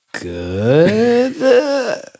good